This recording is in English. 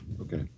Okay